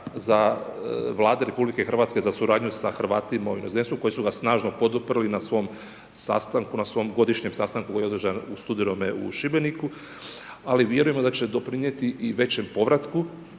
Vlade RH za suradnju sa Hrvatima u inozemstvu koji su ga snažno poduprli na svom sastanku, na svom godišnjem sastanku koji je održan u studenome u Šibeniku ali vjerujem da će doprinijeti i većem povratku,